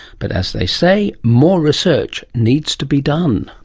but as they say, more research needs to be done.